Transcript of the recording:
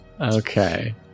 Okay